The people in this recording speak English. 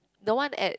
the one at